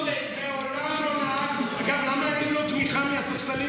שהייתה 51 ימים בשבי,